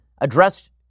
addressed